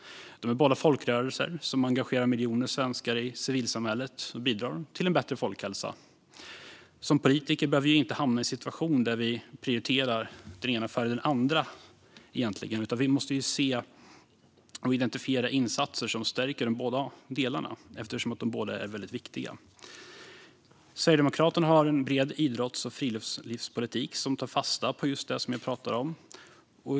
De är båda folkrörelser som engagerar miljoner svenskar i civilsamhället och bidrar till en bättre folkhälsa. Som politiker bör vi inte hamna i en situation där vi prioriterar den ena före den andra. Vi måste se och identifiera insatser som stärker båda delarna, eftersom båda är väldigt viktiga. Sverigedemokraterna har en bred idrotts och friluftslivspolitik som tar fasta på just det som jag pratade om.